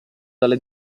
dalle